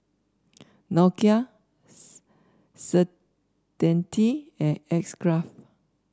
Nokia Certainty and X Craft